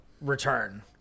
return